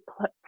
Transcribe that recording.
put